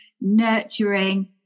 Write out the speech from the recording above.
nurturing